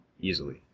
easily